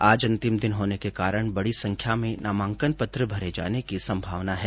आज अंतिम दिन होने के कारण बडी संख्या में नामांकन पत्र भरे जाने की संभावना है